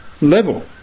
level